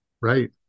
Right